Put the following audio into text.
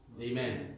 Amen